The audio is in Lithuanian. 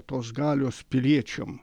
tos galios piliečiam